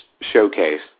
showcase